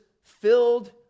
filled